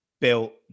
built